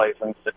license